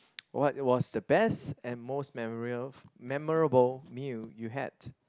what was the best and most memorial memorable meal you had